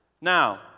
Now